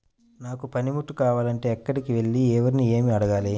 నాకు పనిముట్లు కావాలి అంటే ఎక్కడికి వెళ్లి ఎవరిని ఏమి అడగాలి?